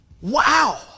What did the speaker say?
Wow